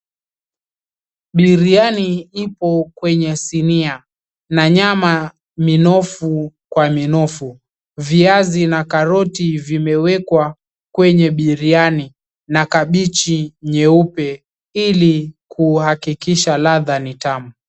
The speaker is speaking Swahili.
Biriani ipo kwenye sinia na nyama, minofu kwa minofu. Viazi na karoti vimewekwa kwenye biriani na kabichi nyeupe ili kuhakikisha ladha ni tamu.